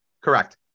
Correct